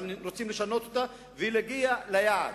אבל רוצים לשנות אותה ולהגיע ליעד,